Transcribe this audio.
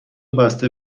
بسته